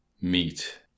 Meat